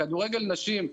כדורגל נשים,